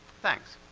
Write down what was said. thanks.